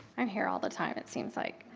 i'm here all the time it seems like.